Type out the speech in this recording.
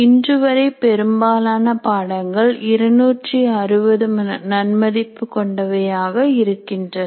இன்று வரை பெரும்பாலான பாடங்கள் 260 நன்மதிப்பு கொண்டவையாக இருக்கின்றன